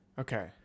Okay